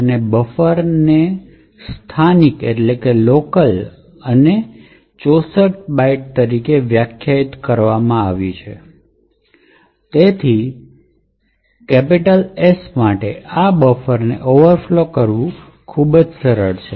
હવે બફરને સ્થાનિક અને કદ 64 બાઇટ્સ તરીકે વ્યાખ્યાયિત કરવામાં આવી છે તેથી S માટે આ બફરને ઓવરફ્લો કરવું તે ખૂબ સરળ છે